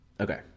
Okay